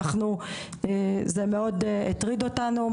זה מאוד הטריד אותנו,